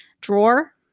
drawer